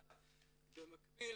במקביל,